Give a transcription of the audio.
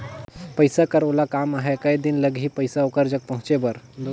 पइसा कर ओला काम आहे कये दिन लगही पइसा ओकर जग पहुंचे बर?